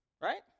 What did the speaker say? Right